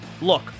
Look